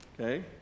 Okay